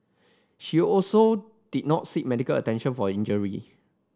she also did not seek medical attention for injury